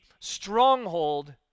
stronghold